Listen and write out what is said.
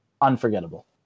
unforgettable